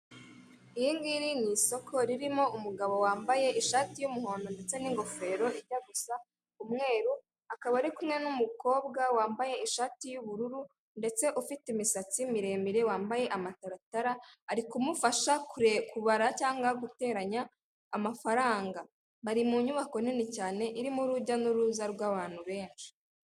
Iri ngiri ni isoko ririmo umugabo wambaye ishati y'umuhondo ndetse n'ingofero y'umweru, akaba ari kumwe n'umukobwa wambaye ishati y'ubururu ndetse ufite imisatsi miremire, wambaye amataratara ari kumufasha kureba/kubara cyangwa guteranya amafaranga, bari mu nyubako nini cyane irimo urujya n'uruza rw'abantu benshi.